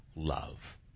love